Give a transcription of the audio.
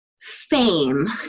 fame